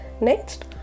Next